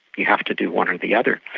you have to do one or the other.